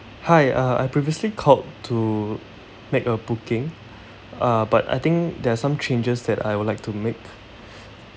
hi uh I previously called to make a booking uh but I think there are some changes that I would like to make